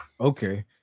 okay